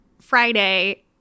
Friday